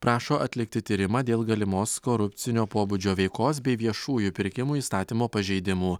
prašo atlikti tyrimą dėl galimos korupcinio pobūdžio veikos bei viešųjų pirkimų įstatymo pažeidimų